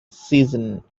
season